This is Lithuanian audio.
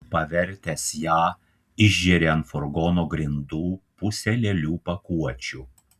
pavertęs ją išžėrė ant furgono grindų pusę lėlių pakuočių